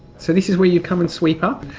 so this is where you come and sweep up?